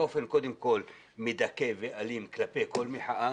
קודם כל באופן מדכא ואלים כלפי כל מחאה,